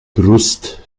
brust